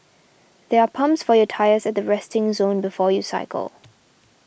there are pumps for your tyres at the resting zone before you cycle